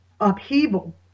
upheaval